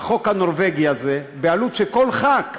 והחוק הנורבגי הזה, העלות של כל ח"כ,